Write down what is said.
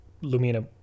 Lumina